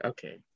Okay